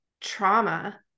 trauma